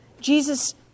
Jesus